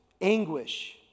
anguish